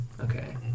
Okay